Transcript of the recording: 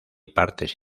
partes